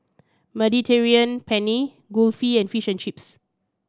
Mediterranean Penne Kulfi and Fish and Chips